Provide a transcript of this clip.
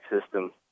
system